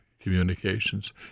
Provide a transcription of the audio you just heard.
communications